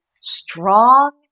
strong